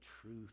truth